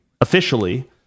officially